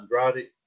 Andrade